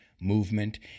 movement